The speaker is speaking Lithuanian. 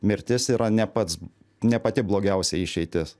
mirtis yra ne pats ne pati blogiausia išeitis